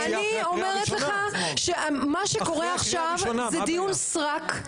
אני אומרת לך שמה שקורה עכשיו זה דיון סרק.